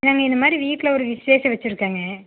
நாங்கள் இந்த மாதிரி வீட்டில் ஒரு விசேஷம் வச்சுருக்கங்க